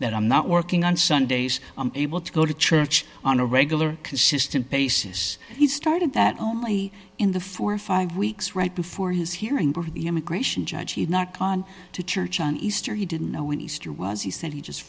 that i'm not working on sundays i'm able to go to church on a regular consistent basis he started that only in the four or five weeks right before his hearing for the immigration judge he had not gone to church on easter he didn't know when easter was he said he just